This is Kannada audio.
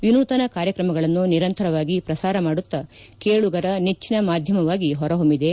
ವಿನೂತನ ಕಾರ್ಯಕ್ರಮಗಳನ್ನು ನಿರಂತರವಾಗಿ ಪ್ರಸಾರ ಮಾಡುತ್ತಾ ಕೇಳುಗರ ನೆಚ್ಚಿನ ಮಾಧ್ಯಮವಾಗಿ ಹೊರಹೊಮ್ಲಿದೆ